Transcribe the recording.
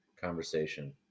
conversation